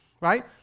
right